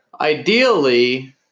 Ideally